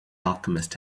alchemist